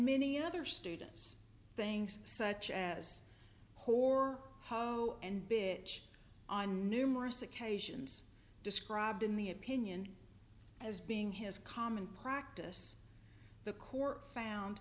many other students things such as whore and bit on numerous occasions described in the opinion as being his common practice the court found